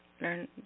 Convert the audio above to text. Learn